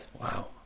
Wow